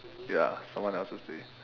ya someone else's day